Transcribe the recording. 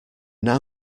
now